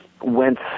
went